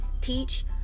teach